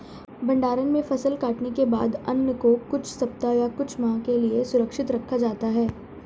भण्डारण में फसल कटने के बाद अन्न को कुछ सप्ताह या कुछ माह के लिये सुरक्षित रखा जाता है